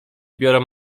biorą